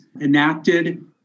enacted